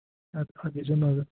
اَتھ اَتھ دیٖزیٚو نَظر